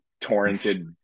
torrented